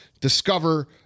discover